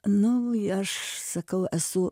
nu į aš sakau esu